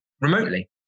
remotely